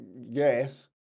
yes